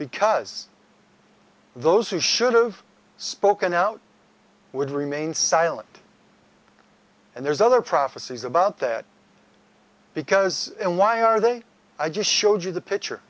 because those who should've spoken out would remain silent and there's other prophecies about that because why are they i just showed you the picture